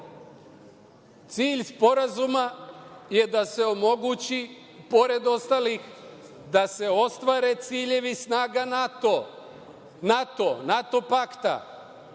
Cilj sporazuma je da se omogući, pored ostalih, da se ostvare ciljevi snaga NATO, NATO pakta